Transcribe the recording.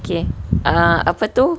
okay err apa tu